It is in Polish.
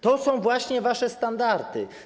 To są właśnie wasze standardy.